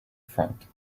front